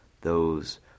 Those